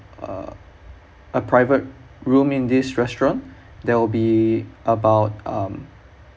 uh a private room in this restaurant there will be about um